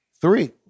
Three